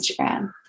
instagram